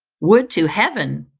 would to heaven,